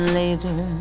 later